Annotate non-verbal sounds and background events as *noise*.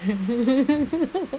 *laughs*